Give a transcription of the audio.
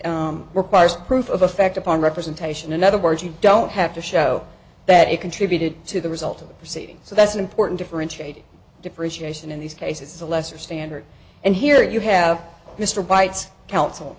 requires proof of effect upon representation in other words you don't have to show that it contributed to the result of the proceeding so that's an important differentiating depreciation in these cases a lesser standard and here you have mr bites counsel